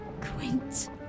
Quint